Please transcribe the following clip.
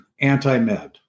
anti-med